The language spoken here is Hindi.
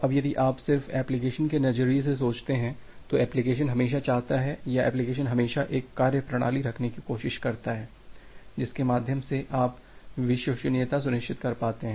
अब यदि आप सिर्फ एप्लिकेशन के नजरिए से सोचते हैं तो एप्लिकेशन हमेशा चाहता है या एप्लिकेशन हमेशा एक कार्यप्रणाली रखने की कोशिश करता है जिसके माध्यम से आप विश्वसनीयता सुनिश्चित कर पाते हैं